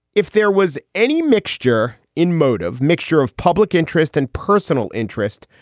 if there was any mixture in mode of mixture of public interest and personal interest,